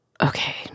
Okay